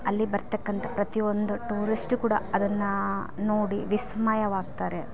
ಅಲ್ಲಿ ಬರತಕ್ಕಂಥ ಪ್ರತಿಯೊಂದು ಟೂರಿಷ್ಟ್ ಕೂಡ ಅದನ್ನು ನೋಡಿ ವಿಸ್ಮಯವಾಗ್ತಾರೆ